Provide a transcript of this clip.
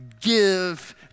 Give